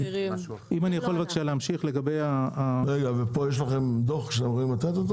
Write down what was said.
יש דוח לגבי הפרות חוק המזון שאתם יכולים לתת?